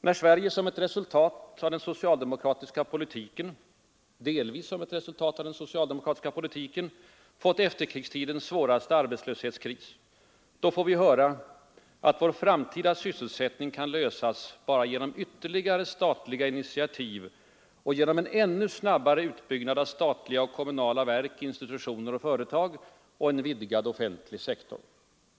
När Sverige, delvis som ett resultat av den socialdemokratiska politiken, råkat in i efterkrigstidens svåraste arbetslöshetskris får vi höra, att vår framtida sysselsättning kan lösas endast genom ytterligare statliga initiativ och genom en ännu snabbare utbyggnad av statliga och kommunala verk, institutioner och företag samt en vidgad offentlig sektor.